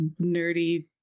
nerdy